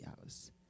house